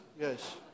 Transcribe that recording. yes